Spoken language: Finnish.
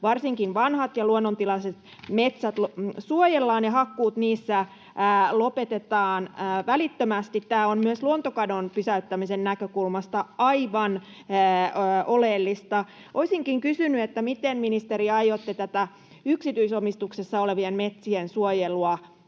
varsinkin vanhat ja luonnontilaiset metsät suojellaan ja hakkuut niissä lopetetaan välittömästi. Tämä on myös luontokadon pysäyttämisen näkökulmasta aivan oleellista. Olisinkin kysynyt: miten, ministeri, aiotte tätä yksityisomistuksessa olevien metsien suojelua nyt